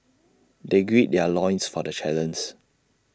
they grid their loins for the